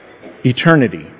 Eternity